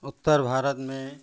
उत्तर भारत में